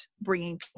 bringing